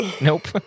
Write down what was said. Nope